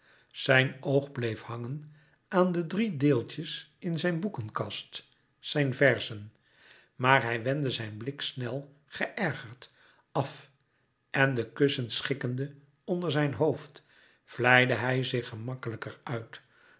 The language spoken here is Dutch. zijn oog bleef hangen aan de drie deeltjes in zijn boekenkast zijn verzen maar hij wendde zijn blik snel geërgerd af en de kussens schikkende onder zijn hoofd vlijde hij zich gemakkelijker uit